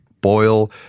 boil